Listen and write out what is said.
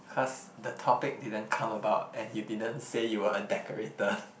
cause the topic didn't come about and you didn't say you were a decorator